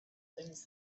things